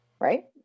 right